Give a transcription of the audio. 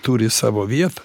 turi savo vietą